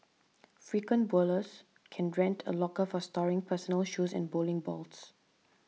frequent bowlers can rent a locker for storing personal shoes and bowling balls